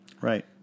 Right